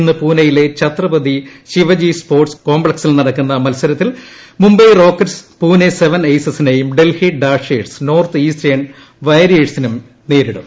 ഇന്ന് പൂനെയിലെ ഛത്രപതി ശിവജി സ്പോർട്സ് കോംപ്ലക്സിൽ നടക്കുന്ന മൽസരത്തിൽ മുംബൈ റോക്കറ്റ്സ് പൂനെ സെവൻ എയ്സസിനെയും ഡൽഹി ഡാഷേഴ്സ് നോർത്ത് ഈസ്റ്റേൺ വാരിയേഴ്സിനെയും നേരിടും